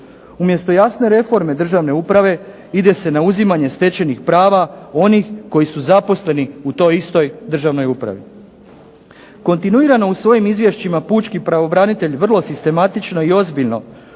Umjesto jasne reforme državne uprave ide se na uzimanje stečenih prava onih koji su zaposleni u toj istoj državnoj upravi. Kontinuirano u svojim izvješćima pučki pravobranitelj vrlo sistematično i ozbiljno